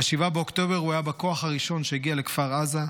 ב-7 באוקטובר הוא היה בכוח הראשון שהגיע לכפר עזה,